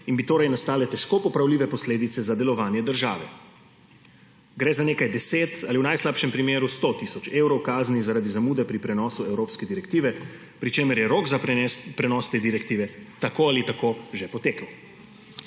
in bi torej nastale težko popravljive posledice za delovanje države. Gre za nekaj 10 ali v najslabšem primeru, 100 tisoč evrov kazni zaradi zamude pri prenosu evropske direktive, pri čemer je rok za prenos te direktive tako ali tako že potekel.